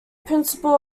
principal